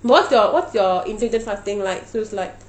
what's your what's your intermittent fasting like so it's like